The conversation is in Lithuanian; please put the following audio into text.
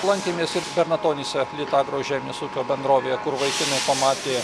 lankėmės bernatonyse litagro žemės ūkio bendrovėje kur vaikinai pamatė